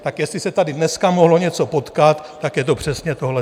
Tak jestli se tady dneska mohlo něco potkat, tak je to přesně tohleto.